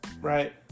right